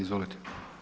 Izvolite.